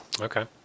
Okay